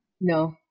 No